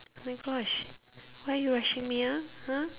my gosh why you rushing me ah !huh!